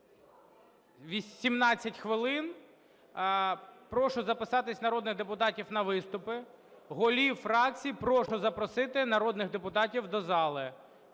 18 хвилин, прошу записатися народних депутатів на виступи. Голів фракцій прошу запросити народних депутатів до залу,